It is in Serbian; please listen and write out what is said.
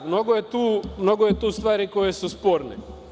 Mnogo je tu stvari koje su sporne.